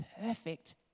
perfect